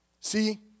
See